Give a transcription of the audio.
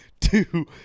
two